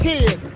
Kid